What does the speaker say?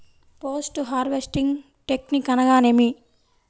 Post harvesting technique అనగా నేమి?